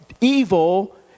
evil